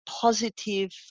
positive